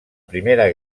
primera